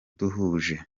duhuje